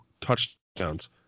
touchdowns